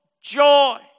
Joy